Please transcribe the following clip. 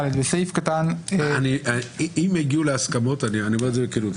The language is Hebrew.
אני אומר בכנות,